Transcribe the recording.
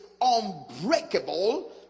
unbreakable